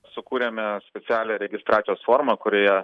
sukūrėme specialią registracijos formą kurioje